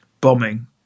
bombing